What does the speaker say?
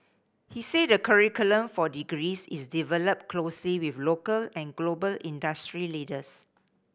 he said the curriculum for degrees is developed closely with local and global industry leaders